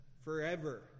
forever